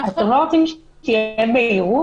אתם לא רוצים שתהיה בהירות?